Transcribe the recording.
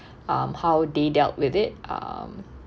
um how they dealt with it um